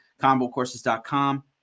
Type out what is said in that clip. ComboCourses.com